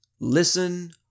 listen